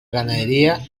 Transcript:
ganadería